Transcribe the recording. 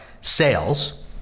sales